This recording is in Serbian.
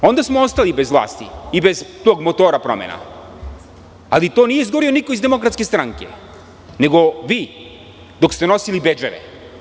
Onda smo ostali bez vlasti i bez tog motora promena, ali to nije izgovorio niko iz DS, nego vi, dok ste nosili bedževe.